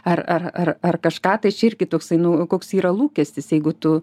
ar ar ar ar kažką tai čia irgi toksai nu koks yra lūkestis jeigu tu